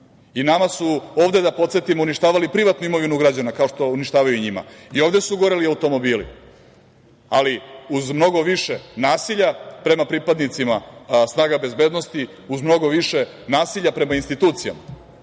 i nama su ovde, da podsetimo, uništavali privatnu imovinu, kao što uništavaju i njima, i ovde su goreli automobili, ali uz mnogo više nasilja prema pripadnicima snaga bezbednosti, uz mnogo više nasilja prema institucija.